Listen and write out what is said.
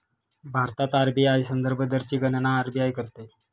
भारतात आर.बी.आय संदर्भ दरची गणना आर.बी.आय करते